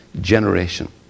generation